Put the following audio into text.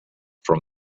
from